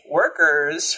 workers